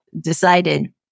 decided